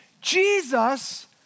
Jesus